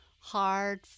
hard